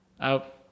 out